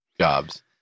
Jobs